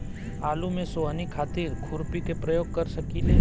आलू में सोहनी खातिर खुरपी के प्रयोग कर सकीले?